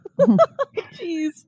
Jeez